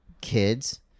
kids